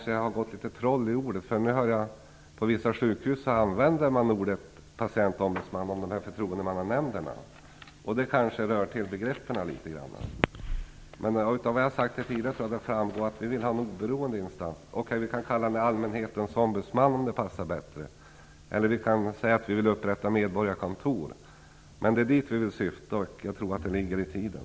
Det har kanske gått troll i ordet patientombudsman. På vissa sjukhus använder man detta ord för förtroendemannanämnderna, och det rör kanske till begreppen något. Men av det som jag tidigare sagt framgår att vi vill ha en oberoende instans. Vi kan kalla den "allmänhetens ombudsman", om det passar bättre, eller tala om upprättande av medborgarkontor. Jag tror att det som vi syftar till ligger rätt i tiden.